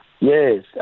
Yes